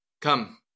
come